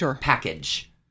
package